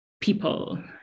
people